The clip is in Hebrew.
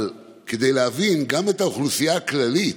אבל כדי להבין גם את האוכלוסייה הכללית,